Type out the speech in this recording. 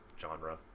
genre